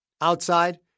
Outside